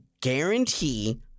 guarantee